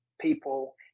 people